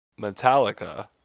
Metallica